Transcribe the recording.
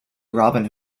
robin